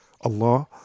allah